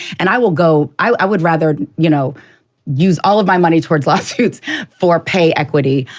and i will go, i would rather you know use all of my money towards lawsuits for pay equity.